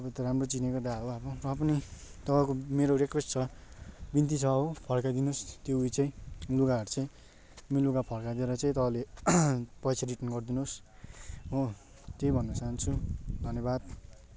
तपाईँ त राम्रो चिनेकै दा हो अब र पनि तपाईँको मेरो रिक्वेस्ट छ बिन्ती छ हो फर्काइदिनोस् त्यो उयो चाहिँ लुगाहरू चाहिँ मेरो लुगा फर्काइदिएर चाहिँ तपाईँले पैसा रिटर्न गरिदिनुहोस् हो त्यही भन्नु चाहन्छु धन्यवाद